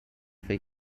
فکر